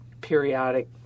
periodic